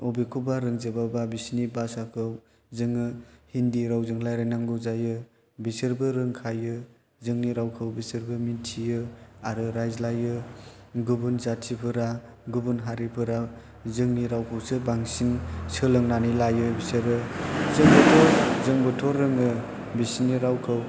बबेखौबा रोंजोबाबा बिसोरनि भासाखौ जोङो हिन्दि रावजों रायलायनांगौ जायो बिसोरबो रोंखायो जोंनि रावखौ बिसोरबो मिन्थियो आरो रायज्लायो गुबुन जाथिफोरा गुबुन हारिफोरा जोंनि रावखौसो बांसिन सोलोंनानै लायो बिसोरो जोंबोथ' जोंबोथ' रोङो बिसोरनि रावखौ